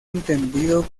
entendido